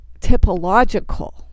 typological